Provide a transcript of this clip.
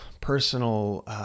personal